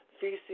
feces